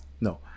no